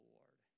Lord